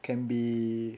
can be